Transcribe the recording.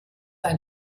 ein